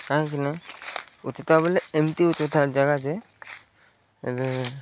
କାହିଁକିନା ଉଚ୍ଚତା ବଏଲେ ଏମିତି ଉଚ୍ଚତା ଜାଗା ଯେ ମାନେ